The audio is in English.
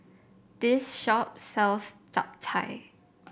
this shop sells Chap Chai